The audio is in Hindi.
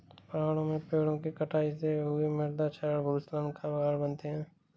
पहाड़ों में पेड़ों कि कटाई से हुए मृदा क्षरण भूस्खलन का कारण बनते हैं